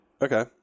Okay